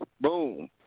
Boom